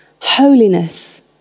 holiness